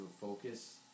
focus